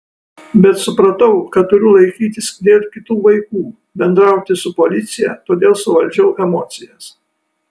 bet supratau kad turiu laikytis dėl kitų vaikų bendrauti su policija todėl suvaldžiau emocijas